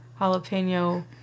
jalapeno